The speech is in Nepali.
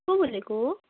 को बोलेको